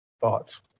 Thoughts